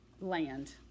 land